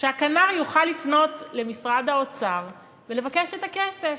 שהכנ"ר יוכל לפנות למשרד האוצר ולבקש את הכסף.